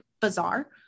bizarre